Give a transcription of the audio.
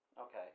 Okay